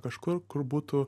kažkur kur būtų